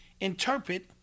interpret